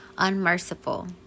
unmerciful